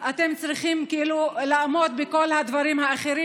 אתם צריכים כאילו לעמוד בכל הדברים האחרים.